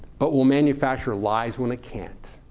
but will manufacture lies when it can't.